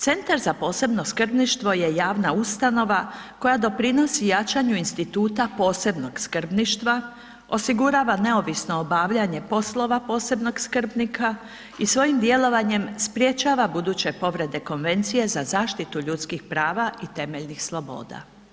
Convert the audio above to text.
Centar za posebno skrbništvo je javna ustanova koja doprinosi jačanju instituta posebnog skrbništva, osigurava neovisno obavljanje poslova posebnog skrbnika i svojim djelovanjem sprječava buduće povrede Konvencije za zaštitu ljudskih prava i temeljnih sloboda.